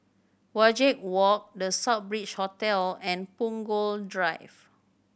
Wajek Walk The Southbridge Hotel and Punggol Drive